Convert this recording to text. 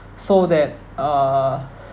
so that err